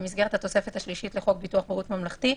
במסגרת התוספת השלישית לחוק ביטוח בריאות ממלכתי,